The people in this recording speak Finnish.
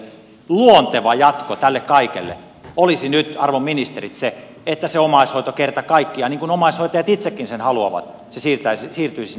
luonteva jatko tälle kaikelle olisi nyt arvon ministerit se että se omaishoito kerta kaikkiaan niin kuin sen omaishoitajat itsekin haluavat siirtyisi sinne kelalle